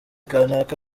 kanaka